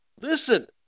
Listen